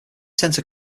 city